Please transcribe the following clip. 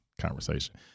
conversation